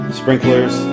sprinklers